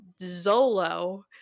Zolo